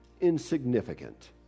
insignificant